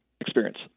experience